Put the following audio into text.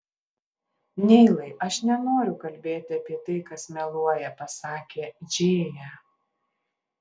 neilai aš nenoriu kalbėti apie tai kas meluoja pasakė džėja